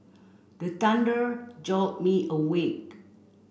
the thunder jolt me awake